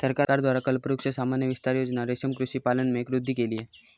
सरकार द्वारा कल्पवृक्ष सामान्य विस्तार योजना रेशम कृषि पालन में वृद्धि के लिए